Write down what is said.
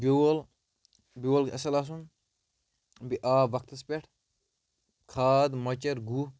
بیول بیول گژھ اَصٕل آسُن بیٚیہِ آب وقتَس پٮ۪ٹھ کھاد مۄچر گُہہ